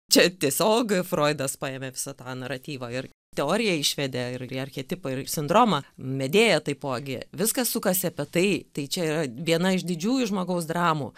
čia tiesiog froidas paėmė visą tą naratyvą ir teoriją išvedė ir archetipą ir sindromą medėja taipogi viskas sukasi apie tai tai čia yra viena iš didžiųjų žmogaus dramų